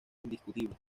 indiscutible